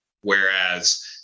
Whereas